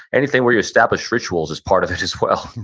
anything where you establish rituals is part of it as well